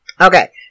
Okay